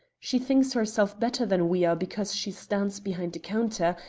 she thinks herself better than we are because she stands behind a counter,